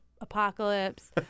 apocalypse